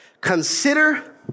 consider